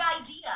idea